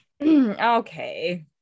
Okay